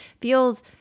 feels